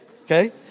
okay